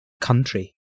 country